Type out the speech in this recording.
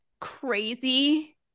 crazy